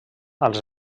als